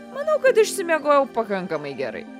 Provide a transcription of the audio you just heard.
manau kad išsimiegojau pakankamai gerai